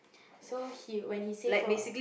so he when he save her